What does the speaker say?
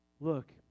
Look